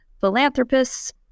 philanthropists